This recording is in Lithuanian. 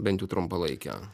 bent jau trumpalaikę